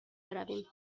برویم